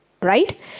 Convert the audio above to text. right